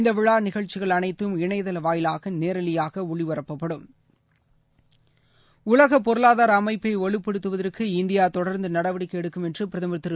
இந்தவிழாநிகழ்ச்சிகள் அனைத்தும் இணையதளவாயிலாகநேரலையாகஒளிபரப்பப்படும் உலகபொருளாதாரஅமைப்பவலுப்படுத்துவதற்கு இந்தியாதொடர்ந்துநடவடிக்கைஎடுக்கும் என்றுபிரதமர் திரு